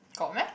got meh